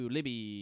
Libby